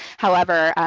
however,